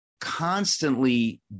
constantly